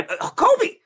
Kobe